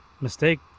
Mistake